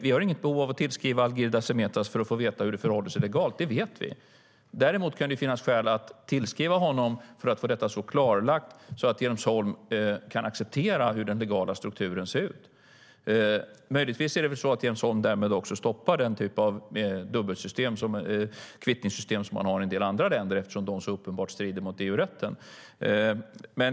Vi har inget behov att tillskriva Algirdas Semeta för att få veta hur det förhåller sig legalt. Det vet vi. Däremot kan det finnas skäl att tillskriva honom för att få detta så klarlagt att Jens Holm kan acceptera hur den legala strukturen ser ut. Möjligtvis är det också så att Jens Holm därmed stoppar den typ av kvittningssystem som man har i en del andra länder, eftersom de så uppenbart strider mot EU-rätten.